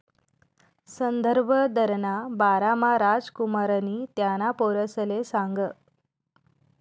संदर्भ दरना बारामा रामकुमारनी त्याना पोरसले सांगं